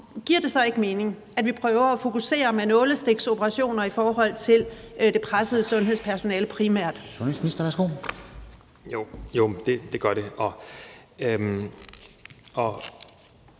giver det så ikke mening, at vi prøver at fokusere med nålestiksoperationer, primært i forhold til det pressede sundhedspersonale?